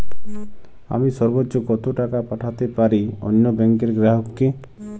আমি সর্বোচ্চ কতো টাকা পাঠাতে পারি অন্য ব্যাংকের গ্রাহক কে?